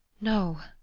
no,